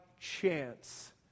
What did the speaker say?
chance